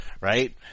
right